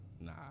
Nah